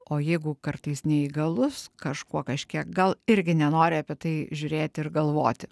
o jeigu kartais neįgalus kažkuo kažkiek gal irgi nenori apie tai žiūrėti ir galvoti